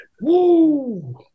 Woo